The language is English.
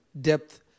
depth